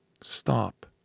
Stop